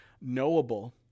knowable